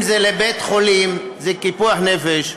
אם זה לבית-חולים, זה פיקוח נפש,